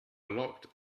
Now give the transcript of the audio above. locked